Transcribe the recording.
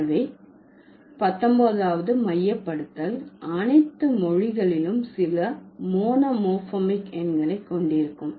எனவே 19வது மையப்படுத்தல் அனைத்து மொழிகளிலும் சில மோனோமோர்பமிக் எண்களை கொண்டிருக்கும்